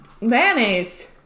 Mayonnaise